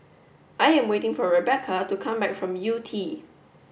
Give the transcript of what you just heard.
I am waiting for Rebeca to come back from Yew Tee